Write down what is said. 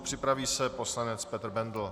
Připraví se poslanec Petr Bendl.